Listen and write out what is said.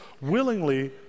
willingly